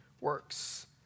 works